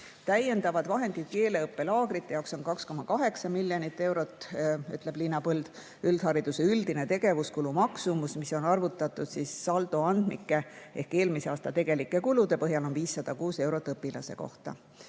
Täiendavad vahendid keeleõppelaagrite jaoks on 2,8 miljonit eurot, ütleb Liina Põld. Üldhariduse üldine tegevuskulu maksumus, mis on arvutatud saldoandmike ehk eelmise aasta tegelike kulude põhjal, on 506 eurot õpilase kohta.